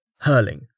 Hurling